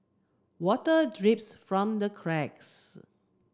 water drips from the cracks